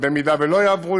ובקרה שלא יעברו,